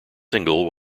single